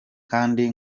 kandi